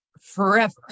forever